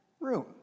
room